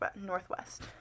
Northwest